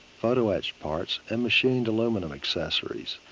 photoetched parts, and machined aluminum accessories.